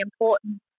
important